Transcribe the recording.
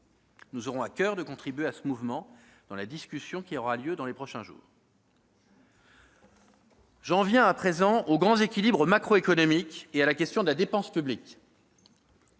Nous aurons à coeur de contribuer à ce mouvement dans la discussion qui aura lieu dans les prochains jours. J'en viens à présent aux grands équilibres macroéconomiques et à la question de la dépense publique.